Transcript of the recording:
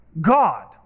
God